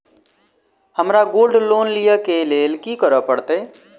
हमरा gold loan लिय केँ लेल की करऽ पड़त?